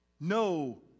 No